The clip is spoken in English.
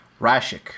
Rashik